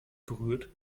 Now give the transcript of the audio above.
berührt